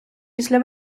після